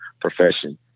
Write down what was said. profession